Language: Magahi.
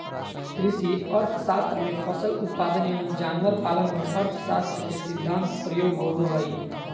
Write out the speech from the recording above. कृषि अर्थशास्त्र में फसल उत्पादन एवं जानवर पालन में अर्थशास्त्र के सिद्धान्त प्रयोग होबो हइ